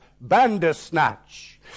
bandersnatch